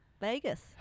Vegas